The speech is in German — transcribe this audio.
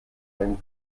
einen